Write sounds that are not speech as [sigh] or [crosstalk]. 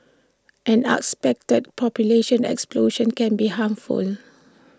an unexpected population explosion can be harmful [noise]